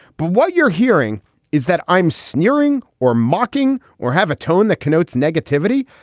but what you're hearing is that i'm sneering or mocking or have a tone that connotes negativity.